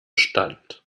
stand